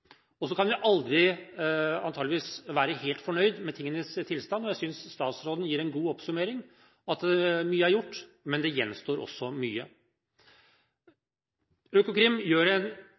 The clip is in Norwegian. Så kan vi antakeligvis aldri være helt fornøyd med tingenes tilstand. Jeg synes statsråden gir en god oppsummering – mye er gjort, men det gjenstår også mye. Økokrim gjør en